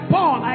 Paul